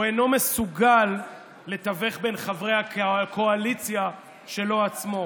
אינו מסוגל לתווך בין חברי הקואליציה שלו עצמו.